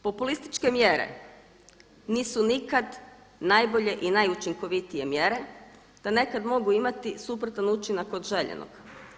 Populističke mjere nisu nikad najbolje i najučinkovitije mjere da nekad mogu imati suprotan učinak od željenog.